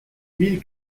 mille